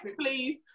please